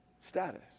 status